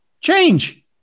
Change